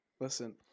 Listen